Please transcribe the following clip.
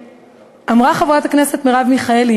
אמרה חברת הכנסת מרב מיכאלי,